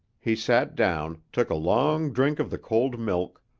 he sat down, took a long drink of the cold milk,